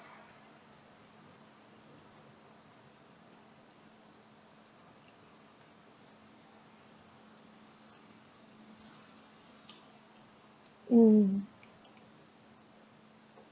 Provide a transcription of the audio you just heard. mm